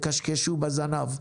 יקשקשו בזנב,